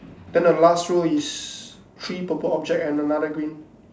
then the last row is three purple object and another green